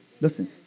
listen